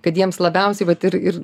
kad jiems labiausiai vat ir ir